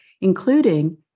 including